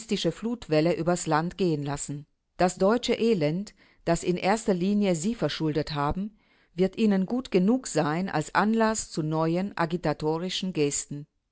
flutwelle übers land gehen lassen das deutsche elend das in erster linie sie verschuldet haben wird ihnen gut genug sein als anlaß zu neuen agitatorischen gesten